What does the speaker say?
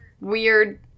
weird